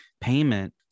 payment